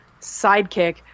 sidekick